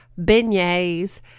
beignets